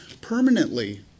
permanently